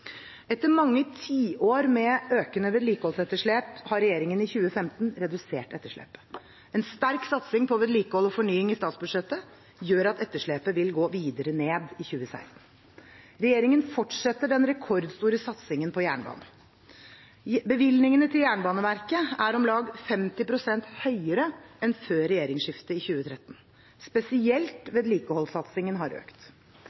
Etter mange tiår med økende vedlikeholdsetterslep har regjeringen i 2015 redusert etterslepet. En sterk satsing på vedlikehold og fornying i statsbudsjettet gjør at etterslepet vil gå videre ned i 2016. Regjeringen fortsetter den rekordstore satsingen på jernbanen. Bevilgningene til Jernbaneverket er om lag 50 pst. høyere enn før regjeringsskiftet i 2013. Spesielt vedlikeholdssatsingen har økt.